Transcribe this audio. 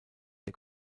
der